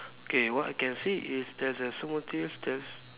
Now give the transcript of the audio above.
okay what I can see is there's a there's